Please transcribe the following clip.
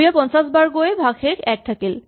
২ য়ে ৫০ বাৰ গৈ ভাগশেষ ১ থাকিল